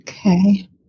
Okay